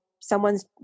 someone's